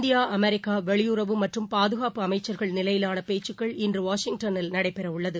India America வெளியுறவு மற்றும் பாதுகாப்பு அமைச்சர்கள் நிலையிலான பேச்சுக்கள் இன்று வாஷிங்டனில் நடைபெறவுள்ளது